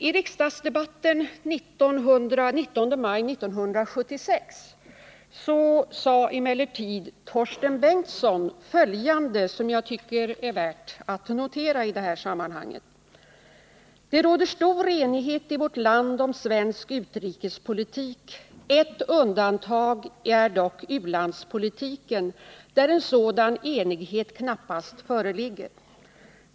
I riksdagsdebatten den 19 maj 1976 sade emellertid Torsten Bengtson följande, som jag tycker det är värt att notera i det här sammanhanget: ”Det råder stor enighet i vårt land om svensk utrikespolitik. Ett undantag är dock u-landspolitiken, där en sådan enighet knappast föreligger.